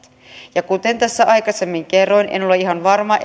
ja kuten tässä aikaisemmin kerroin en ole ihan varma